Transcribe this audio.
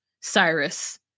cyrus